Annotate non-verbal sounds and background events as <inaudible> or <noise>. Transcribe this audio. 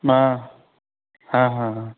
<unintelligible>